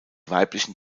weiblichen